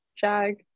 JAG